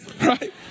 Right